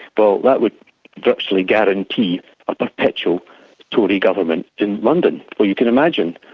well, that would virtually guarantee a perpetual tory government in london. well, you can imagine,